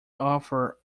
author